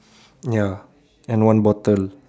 ya and one bottle